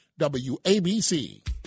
WABC